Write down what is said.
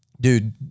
Dude